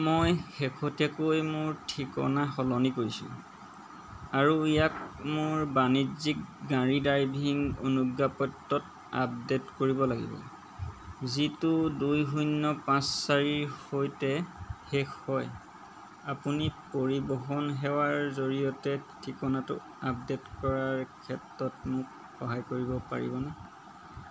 মই শেহতীয়াকৈ মোৰ ঠিকনা সলনি কৰিছোঁ আৰু ইয়াত মোৰ বাণিজ্য়িক গাড়ী ড্ৰাইভিং অনুজ্ঞা পত্ৰত আপডেইট কৰিব লাগিব যিটো দুই শূন্য় পাঁচ চাৰিৰ সৈতে শেষ হয় আপুনি পৰিবহন সেৱাৰ জৰিয়তে ঠিকনাটো আপডেইট কৰাৰ ক্ষেত্ৰত মোক সহায় কৰিব পাৰিবনে